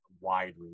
wide